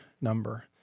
number